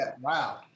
wow